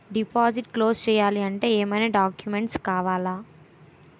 Deposit close చేయాలి అంటే ఏమైనా డాక్యుమెంట్స్ కావాలా?